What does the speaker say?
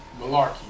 Malarkey